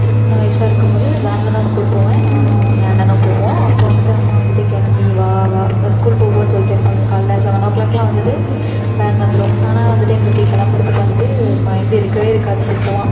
சின்ன வயசா இருக்கும் போது வேனில் தான் ஸ்கூல் போவேன் நானும் என் அண்ணனும் போவோம் அப்போது வந்துட்டு அம்மா வந்துட்டு கிளம்பி வா வா ஸ்கூல் போ போன்னு சொல்லிகிட்டே இருப்பாங்க காலையில் செவென் ஓ க்ளாக்கெலாம் வந்துட்டு வேன் வந்துடும் ஆனால் வந்துட்டு எங்களுக்கு கிளம்புறதுக்கு வந்துட்டு மைண்டு இருக்கவே இருக்காது சுத்தமாக